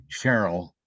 cheryl